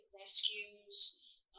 rescues